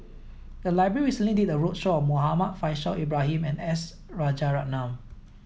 the library recently did a roadshow on Muhammad Faishal Ibrahim and S Rajaratnam